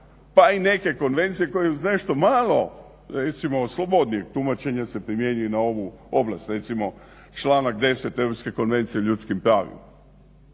pa i neke konvencije koje uz nešto malo recimo slobodnijeg tumačenja se primjenjuju i na ovu oblast. Recimo članak 10. Europske